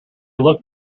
look